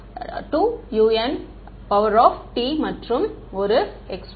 u n T மற்றும் ஒரு x 1